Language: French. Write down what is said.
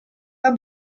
pas